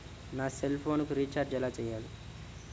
నా సెల్ఫోన్కు రీచార్జ్ ఎలా చేయాలి?